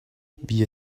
wie